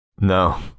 No